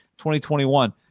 2021